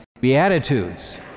Beatitudes